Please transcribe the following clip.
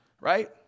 right